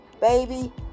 baby